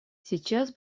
сейчас